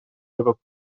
этот